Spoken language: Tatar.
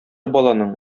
баланың